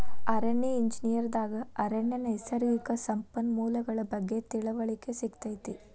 ಅರಣ್ಯ ಎಂಜಿನಿಯರ್ ದಾಗ ಅರಣ್ಯ ನೈಸರ್ಗಿಕ ಸಂಪನ್ಮೂಲಗಳ ಬಗ್ಗೆ ತಿಳಿವಳಿಕೆ ಸಿಗತೈತಿ